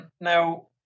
Now